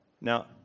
Now